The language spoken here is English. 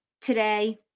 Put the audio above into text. today